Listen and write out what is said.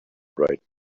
right